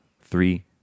Three